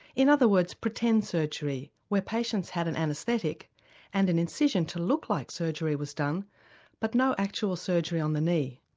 in other words pretend surgery where patients had an anaesthetic and an incision to look like surgery was done but no actual surgery on the knee.